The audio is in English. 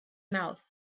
mouth